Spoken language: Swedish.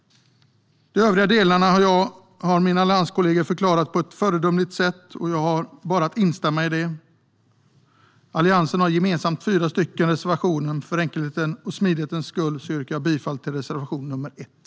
De övriga delarna har mina allianskollegor förklarat på ett föredömligt sätt, och jag har bara att instämma i detta. Alliansen har gemensamt fyra reservationer, men för enkelhetens och smidighetens skull yrkar jag bifall endast till reservation 1.